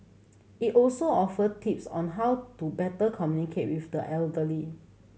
it also offer tips on how to better communicate with the elderly